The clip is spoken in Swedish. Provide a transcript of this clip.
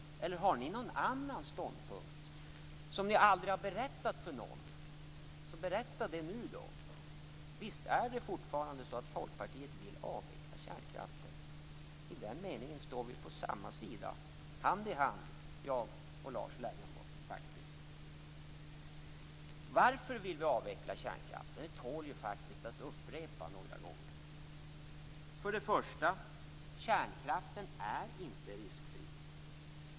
Eller har ni någon annan ståndpunkt som ni aldrig har berättat om för någon? Berätta om den nu, då! Visst är det fortfarande så att Folkpartiet vill avveckla kärnkraften? I den meningen står vi faktiskt på samma sida, Lars Leijonborg och jag, hand i hand. Varför vill vi avveckla kärnkraften? Det tål att upprepas några gånger. För det första är inte kärnkraften riskfri.